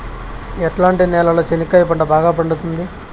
ఎట్లాంటి నేలలో చెనక్కాయ పంట బాగా పండుతుంది?